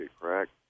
correct